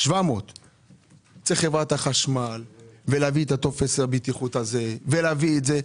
700. -- וכן להביא את טופס הבטיחות הזה ולהביא את זה.